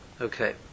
Okay